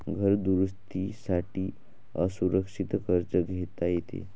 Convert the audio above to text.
घर दुरुस्ती साठी असुरक्षित कर्ज घेता येते